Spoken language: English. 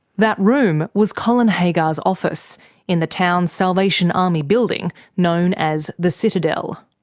that room was colin haggar's office in the town's salvation army building known as the citadel.